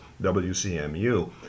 WCMU